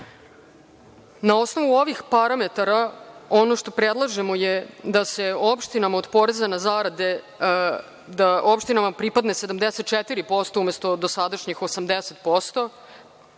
osnovu ovih parametara ono što predlažemo je da se opštinama od poreza na zarade, da opštinama pripadne 74% umesto dosadašnjih 80%,